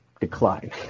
decline